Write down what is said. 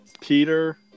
Peter